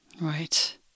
Right